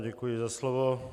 Děkuji za slovo.